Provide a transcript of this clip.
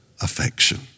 affection